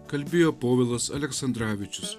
kalbėjo povilas aleksandravičius